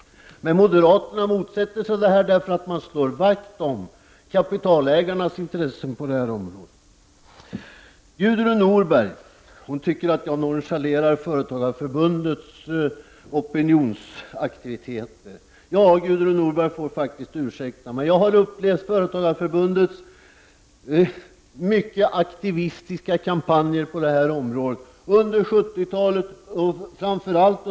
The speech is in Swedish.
Men moderaterna motsätter sig detta, eftersom man slår vakt om kapitalets egna intressen på detta område. Gudrun Norberg tyckte att jag nonchalerar Företagareförbundets opinionsaktiviteter. Gudrun Norberg får ursäkta, men jag har upplevt Företagareförbundets mycket aktivistiska kampanjer framför allt under 70-talet.